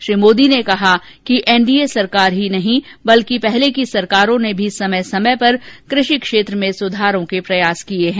श्री मोदी ने कहा कि एनडीए सरकार ही नहीं बल्कि पहले की सरकारों ने भी समय समय पर कृषि क्षेत्र में सुधारों के प्रयास किए हैं